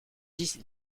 ici